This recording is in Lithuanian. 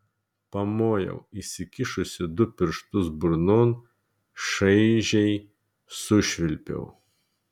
pamojau įsikišusi du pirštus burnon šaižiai sušvilpiau